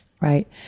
right